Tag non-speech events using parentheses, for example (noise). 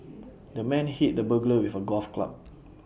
(noise) the man hit the burglar with A golf club